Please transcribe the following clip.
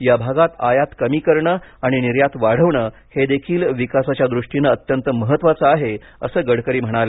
या भागात आयात कमी करणं आणि निर्यात वाढवणं हे देखील विकासाच्या दृष्टीने अत्यंत महत्वाचं आहे असं गडकरी म्हणाले